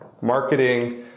marketing